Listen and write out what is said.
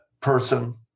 person